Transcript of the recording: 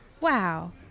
wow